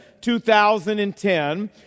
2010